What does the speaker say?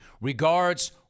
Regards